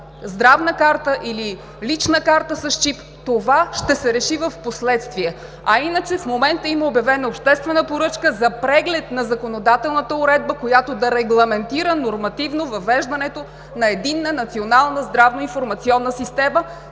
здравна карта или лична карта с чип. Това ще се реши впоследствие. В момента има обявена обществена поръчка за преглед на законодателната уредба, която да регламентира нормативно въвеждането на единна национална здравна информационна система,